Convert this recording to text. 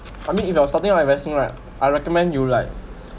I mean if you're starting right investing right I recommend you like